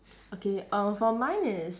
okay uh for mine is